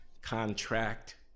Contract